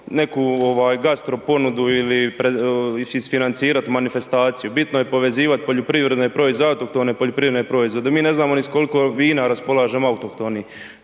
neku gastro ponudu ili isfinancirat manifestaciju, bitno je povezivat poljoprivredne…/Govornik se ne razumije/… i autohtone poljoprivredne proizvode. Mi ne znamo ni s koliko vina raspolažemo autohtoni,